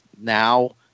now